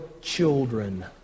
children